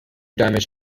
damage